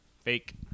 Fake